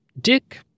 Dick